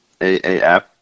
AAF